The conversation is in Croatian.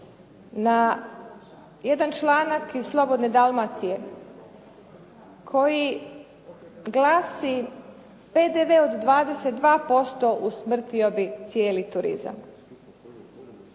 na jedan članak iz "Slobodne Dalmacije" koji glasi: "PDV od 22% usmrtio bi cijeli turizam"